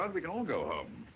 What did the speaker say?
um we can all go home.